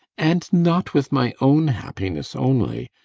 and not with my own happiness only,